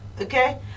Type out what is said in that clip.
Okay